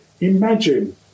imagine